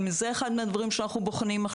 גם זה אחד מהדברים שאנחנו בוחנים עכשיו,